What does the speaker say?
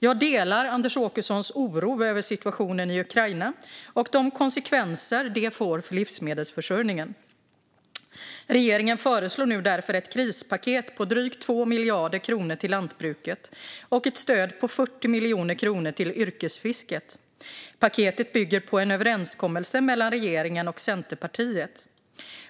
Jag delar Anders Åkessons oro över situationen i Ukraina och de konsekvenser den får för livsmedelsförsörjningen. Regeringen föreslår nu därför ett krispaket på drygt 2 miljarder kronor till lantbruket och ett stöd på 40 miljoner kronor till yrkesfisket. Paketet bygger på en överenskommelse mellan regeringen och Centerpartiet.